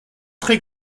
très